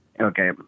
Okay